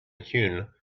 hewn